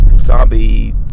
zombie